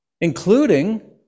including